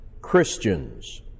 Christians